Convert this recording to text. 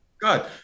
Good